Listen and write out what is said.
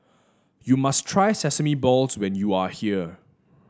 you must try Sesame Balls when you are here